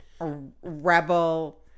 Rebel